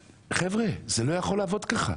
חבר'ה, זה לא יכול לעבוד ככה.